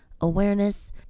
awareness